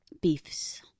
Beefs